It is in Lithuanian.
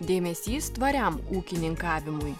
dėmesys tvariam ūkininkavimui